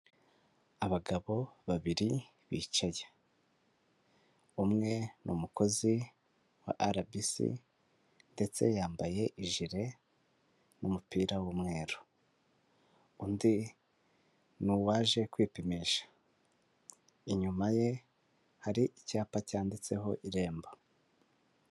Abagabo babiri bicaye, umwe ni umukozi wa arabisi ndetse yambaye ijire n'umupira w'umweru, undi ni uwaje kwipimisha, inyuma ye hari icyapa cyanditseho irembo.